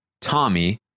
Tommy